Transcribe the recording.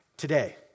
today